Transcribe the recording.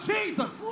Jesus